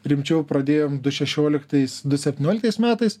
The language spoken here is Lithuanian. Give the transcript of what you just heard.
rimčiau pradėjom du šešioliktais du septynioliktais metais